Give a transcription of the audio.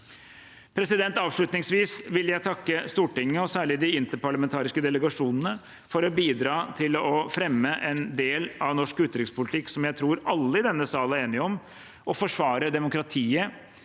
til USA. Avslutningsvis vil jeg takke Stortinget, og særlig de interparlamentariske delegasjonene, for å bidra til å fremme en del av norsk utenrikspolitikk som jeg tror alle i denne sal er enige om: å forsvare demokratiet